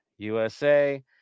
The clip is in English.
USA